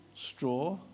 Straw